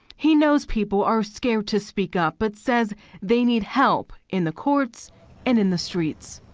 he knows people are scared to speak up, but says they need help in the courts and in the streets.